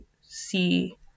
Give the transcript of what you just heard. see